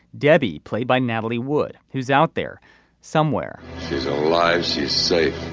debbie played by natalie wood who is out there somewhere. she's alive she's safe.